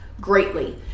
greatly